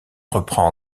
reprend